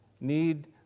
need